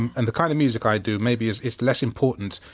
and and the kind of music i do maybe it's it's less important.